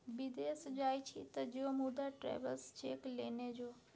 विदेश जाय छी तँ जो मुदा ट्रैवेलर्स चेक लेने जो